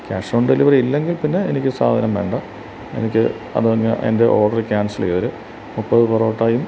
ക്യാഷോൺഡെലിവെറിയില്ലെങ്കിൽപ്പിന്നെ എനിക്ക് സാധനം വേണ്ട എനിക്ക് അത് ഞാന് എൻ്റെ ഓഡര് ക്യാൻസല് ചെയ്തേരെ മുപ്പതു പൊറോട്ടായും